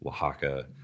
Oaxaca